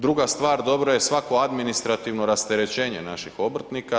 Druga stvar, dobro je svako administrativno rasterečenje naših obrtnika.